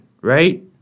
right